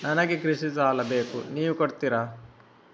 ನನಗೆ ಕೃಷಿ ಸಾಲ ಬೇಕು ನೀವು ಕೊಡ್ತೀರಾ?